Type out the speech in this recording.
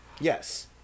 Yes